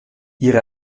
ihre